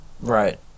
right